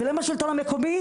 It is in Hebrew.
ולא עם השלטון המקומי,